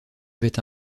avait